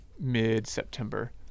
mid-September